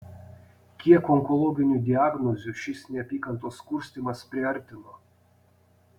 kiek onkologinių diagnozių šis neapykantos kurstymas priartino